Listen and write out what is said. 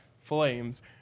flames